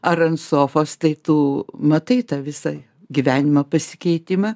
ar ant sofos tai tu matai tą visai gyvenimo pasikeitimą